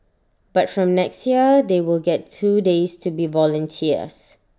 but from next year they will get two days to be volunteers